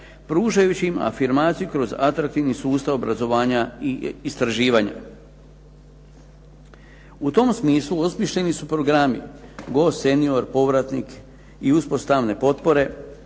pružajući im afirmaciju kroz atraktivni sustav obrazovanja i istraživanja. U tom smislu osmišljeni su programi GO senior povratnih i uspostavne potpore,